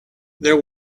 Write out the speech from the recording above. there